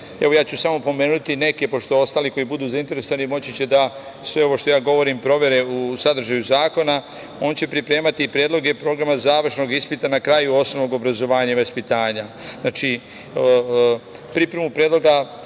Evo, ja ću samo pomenuti neke, pošto ostali koji budu zainteresovani moći će da sve ovo što ja govorim provere u sadržaju zakona. On će pripremati predloge programa završnog ispita na kraju osnovnog obrazovanja i vaspitanja. Znači, pripremu predloga